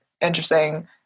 interesting